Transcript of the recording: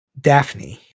daphne